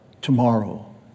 tomorrow